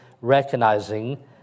recognizing